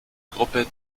gruppe